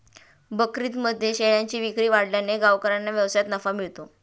बकरीदमध्ये शेळ्यांची विक्री वाढल्याने गावकऱ्यांना व्यवसायात नफा मिळतो